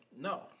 No